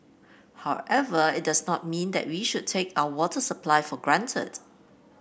however it does not mean that we should take our water supply for granted